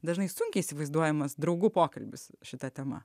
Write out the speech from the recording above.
dažnai sunkiai įsivaizduojamas draugų pokalbis šita tema